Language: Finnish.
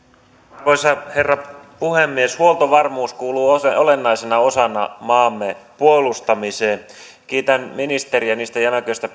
arvoisa herra puhemies huoltovarmuus kuuluu olennaisena osana maamme puolustamiseen kiitän ministeriä niistä jämäköistä